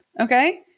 Okay